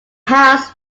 house